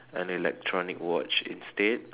an electronic watch instead